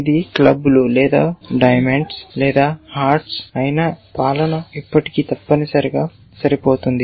ఇది క్లబ్బులు లేదా వజ్రాలు లేదా హృదయాలు అయినా పాలన ఇప్పటికీ తప్పనిసరిగా సరిపోతుంది